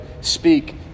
speak